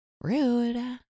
Rude